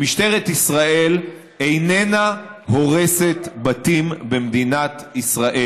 שמשטרת ישראל איננה הורסת בתים במדינת ישראל.